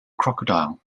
crocodile